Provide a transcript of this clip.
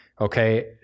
Okay